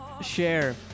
Share